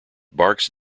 barks